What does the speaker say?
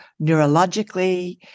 neurologically